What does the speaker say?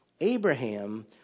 Abraham